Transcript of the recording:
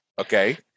Okay